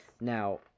now